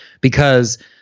because-